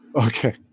Okay